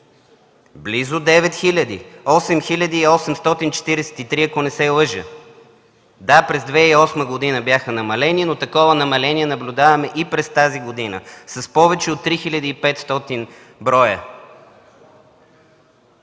средства – 8843, ако не се лъжа. Да, през 2008 г. бяха намалени, но такова намаление наблюдаваме и през тази година, с повече от 3500 броя.